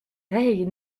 veille